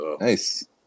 Nice